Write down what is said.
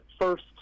first